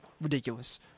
Ridiculous